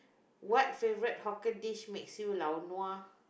what favourite hawker dish makes you lao nua